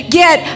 get